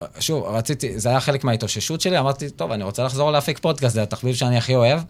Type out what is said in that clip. שוב רציתי זה היה חלק מההתאוששות שלי אמרתי טוב אני רוצה לחזור להפיק פודקאסט זה התחביב שאני הכי אוהב.